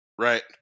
Right